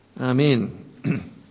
Amen